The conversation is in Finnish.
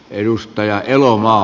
edustaja elomaa